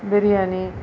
biryani